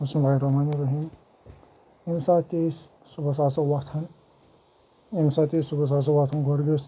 بِسمہ اللہ الرحمٰن الرحیٖم ییٚمہِ ساتہٕ تہِ أسۍ صُبحس آسو وۄتھان ییٚمہِ ساتہٕ تہِ أسۍ صُبحس آسو وۄتھان گۄڈٕ گَژھِ